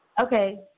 okay